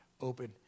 open